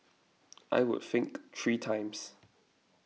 I would think three times